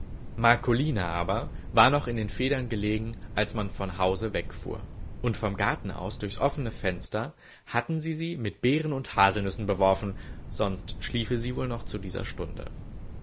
marcolina aber war noch in den federn gelegen als man von hause wegfuhr und vom garten aus durchs offne fenster hatten sie sie mit beeren und haselnüssen beworfen sonst schliefe sie wohl noch zu dieser stunde